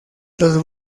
los